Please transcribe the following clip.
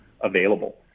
available